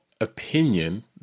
opinion